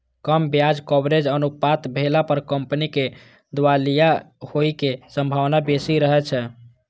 कम ब्याज कवरेज अनुपात भेला पर कंपनी के दिवालिया होइ के संभावना बेसी रहै छै